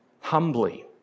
humbly